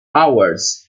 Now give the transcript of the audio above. hours